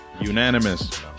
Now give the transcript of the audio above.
Unanimous